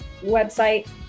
website